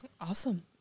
Awesome